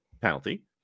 penalty